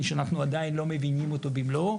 שאנחנו עדיין לא מבינים אותו במלואו.